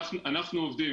אנחנו עובדים